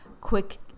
quick